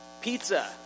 Pizza